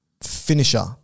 finisher –